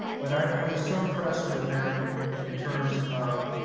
but i was so impressed with them in terms of,